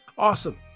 awesome